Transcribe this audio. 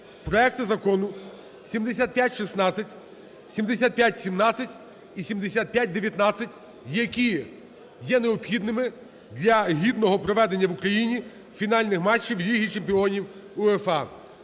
проекти Закону 7516, 7517 і 7519, які є необхідними для гідного проведення в Україні фінальних матчів Ліги чемпіонів УЄФА.